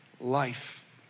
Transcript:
life